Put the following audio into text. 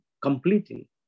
completely